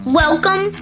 welcome